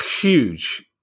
huge